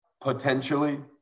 potentially